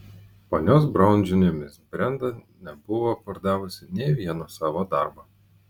ponios braun žiniomis brenda nebuvo pardavusi nė vieno savo darbo